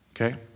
Okay